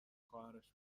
خواهرش